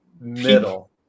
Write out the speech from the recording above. middle